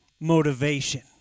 motivation